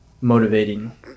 motivating